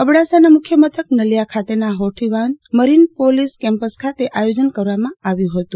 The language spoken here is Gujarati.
અબડાસાના મુખ્ય મથક નલિયા ખાતેના હોથીવાંઢ મરીન પોલીસ કેમ્પસ ખાતે આયોજન કરવામાં આવ્યું હતું